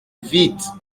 vite